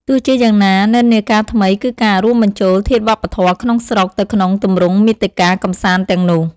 ទោះជាយ៉ាងណា និន្នាការថ្មីគឺការ រួមបញ្ចូល ធាតុវប្បធម៌ក្នុងស្រុកទៅក្នុងទម្រង់មាតិកាកម្សាន្តទាំងនោះ។